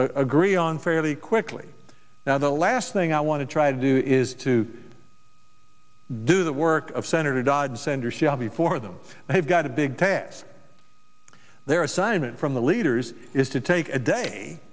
agree on fairly quickly now the last thing i want to try to do is to do the work of senator dodd senator shelby for them they've got a big task their assignment from the leaders is to take a day